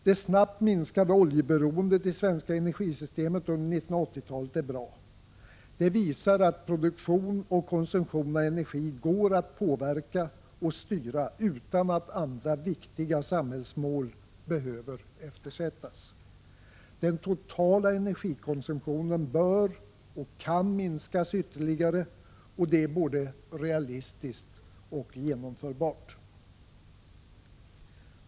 Det snabbt minskade oljeberoendet i det svenska energisystemet under 1980-talet är bra. Det visar att produktion och konsumtion av energi går att påverka och styra utan att andra viktiga samhällsmål behöver eftersättas. Den totala energikonsumtionen bör och kan minskas ytterligare, det är både realistiskt och genomförbart.